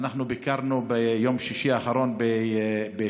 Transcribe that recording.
ביקרנו גם ביום שישי האחרון בשפרעם,